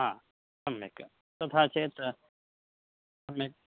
हा सम्यक् तथा चेत् सम्यक्